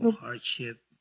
hardship